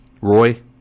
Roy